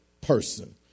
person